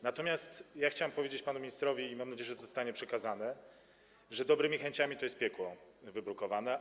Natomiast chciałem powiedzieć panu ministrowi i mam nadzieję, że zostanie to przekazane, że dobrymi chęciami to piekło jest wybrukowane.